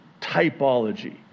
typology